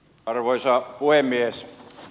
arvoisa puhemies